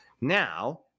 Now